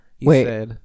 Wait